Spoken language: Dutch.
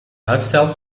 uitstel